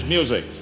Music